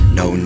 no